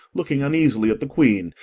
looking uneasily at the queen,